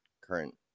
current